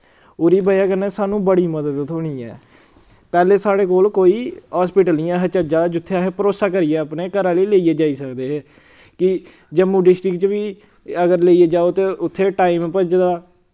ओह्दी बजह कन्नै सानूं बड़ी मदद थ्होनी ऐ पैह्ले साढ़े कोल कोई हास्पिटल निं ऐ हा चज्जा दा जुत्थें असी भरोसा करियै अपने घरे आह्ले ही लेइयै जाई सकदे हे कि जम्मू डिस्ट्रिक च बी अगर लेइयै जाओ ते उत्थें टाइम भजदा